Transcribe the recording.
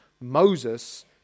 Moses